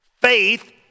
Faith